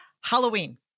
Halloween